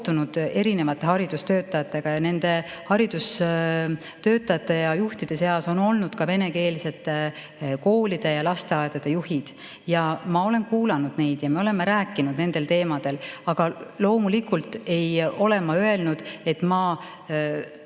erinevate haridustöötajatega. Nende haridustöötajate seas on olnud venekeelsete koolide ja lasteaedade juhid. Ma olen kuulanud neid ja me oleme rääkinud nendel teemadel ning loomulikult ei ole ma öelnud, et ma